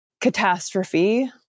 catastrophe